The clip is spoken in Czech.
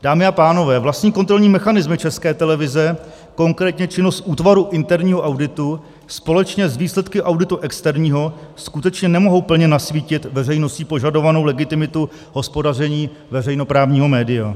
Dámy a pánové, vlastní kontrolní mechanismy České televize, konkrétně činnost útvaru interního auditu společně s výsledky auditu externího, skutečně nemohou plně nasvítit veřejností požadovanou legitimitu hospodaření veřejnoprávního média.